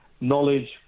knowledge